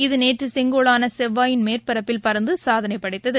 இத தேற்றசெங்கோளானசெவ்வாயின் மேற்பரப்பில் பறந்துசாதனைபடைத்தது